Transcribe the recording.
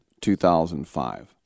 2005